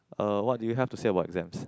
uh what do you have to say about exams